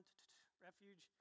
refuge